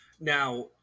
now